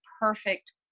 perfect